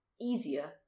easier